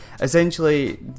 Essentially